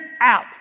out